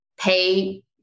pay